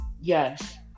Yes